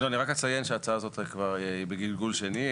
אני רק אציין שההצעה הזאת היא בגלגול שני.